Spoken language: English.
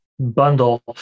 bundle